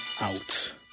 out